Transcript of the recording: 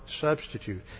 substitute